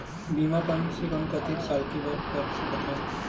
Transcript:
बीमा कम से कम कतेक साल के बर कर सकत हव?